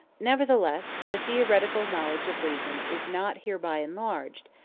nevertheless the theoretical knowledge of reason is not hereby enlarged,